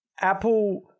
Apple –